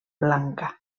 blanca